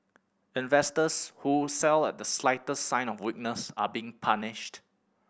investors who sell at the slightest sign of weakness are being punished